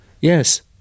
Yes